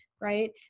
Right